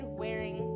wearing